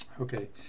Okay